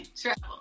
travel